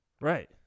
Right